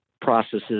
processes